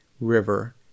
river